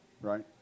right